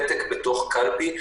כלומר פתק בתוך קלפי.